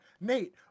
Nate